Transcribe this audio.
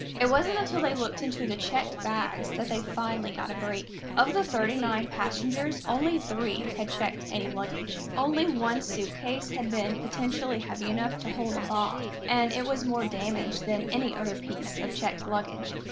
it wasn't until they looked into the checked bags that they finally got a break. of the thirty nine passengers, only three had checked any luggage. only one suitcase had been potentially heave enough to hold a bomb and it was more damaged than any other piece of checked luggage.